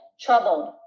troubled